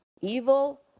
Evil